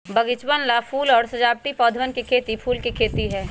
बगीचवन ला फूल और सजावटी पौधवन के खेती फूल के खेती है